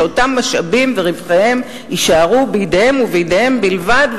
שאותם משאבים ורווחיהם יישארו בידיהם ובידיהם בלבד,